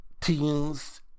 teams